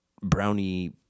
brownie